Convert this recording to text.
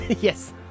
Yes